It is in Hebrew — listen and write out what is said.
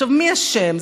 מי אשם?